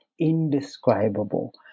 indescribable